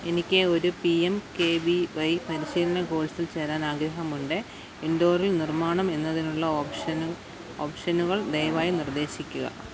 എനിക്ക് ഒരു P M K V Y പരിശീലന കോഴ്സിൽ ചേരാൻ ആഗ്രഹമുണ്ടെ ഇൻഡോറിൽ നിർമ്മാണം എന്നതിനുള്ള ഓപ്ഷനുകൾ ദയവായി നിർദ്ദേശിക്കുക